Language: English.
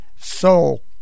soul